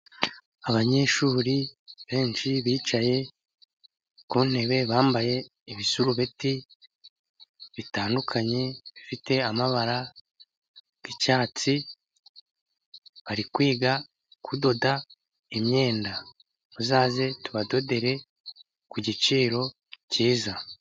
Abanyeshuri benshi bicaye ku ntebe, bambaye ibisarubeti bitandukanye, bifite amabara y'icyatsi, bari kwiga kudoda imyenda, muzaze tubadodere ku giciro cyiza.